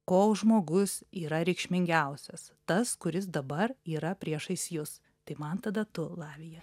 koks žmogus yra reikšmingiausias tas kuris dabar yra priešais jus tai man tada tu lavija